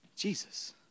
Jesus